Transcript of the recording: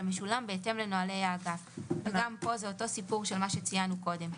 המשולם בהתאם לנוהלי האגף." גם כאן זה אותו סיפור של מה שציינו קודם.